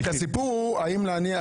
אגב, הדיון מוצה, הסיפור הוא רק טכני.